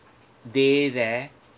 day there